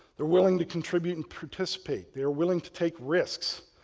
they're willing to contribute and participate. they are willing to take risks.